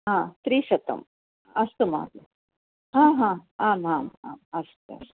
हा त्रिशतम् अस्तु महोदय हा हा आम् आम् आम् अस्तु अस्तु